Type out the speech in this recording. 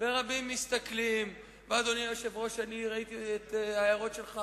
האם מביאים את הנושא של מינוי כל הדירקטורים?